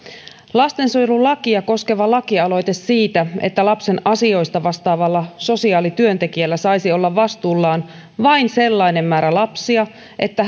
lastensuojelulakia koskeva lakialoite siitä että lapsen asioista vastaavalla sosiaalityöntekijällä saisi olla vastuullaan vain sellainen määrä lapsia että